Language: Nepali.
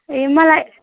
ए मलाई